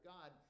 God